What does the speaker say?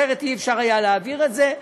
אחרת לא היה אפשר להעביר את זה,